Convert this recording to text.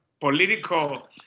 political